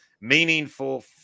Meaningful